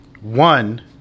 One